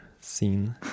scene